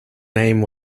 name